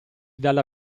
dalla